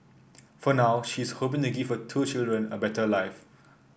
for now she is hoping to give her two children a better life